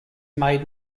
made